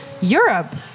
Europe